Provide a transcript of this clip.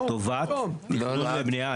לטובת תכנון ובנייה.